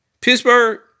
Pittsburgh